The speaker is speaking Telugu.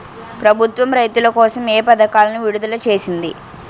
ప్రభుత్వం రైతుల కోసం ఏ పథకాలను విడుదల చేసింది?